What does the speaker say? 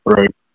Right